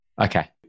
Okay